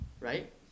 Right